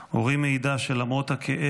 אורי מעידה שלמרות הכאב,